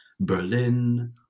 Berlin